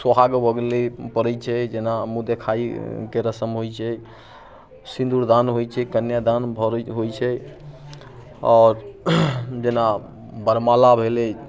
सुहाग भऽ गेलै पड़ैत छै जेना मुँह दिखाइके रस्म होइत छै सिंदूरदान होइत छै कन्यादान भऽ होइत छै आओर जेना वरमाला भेलै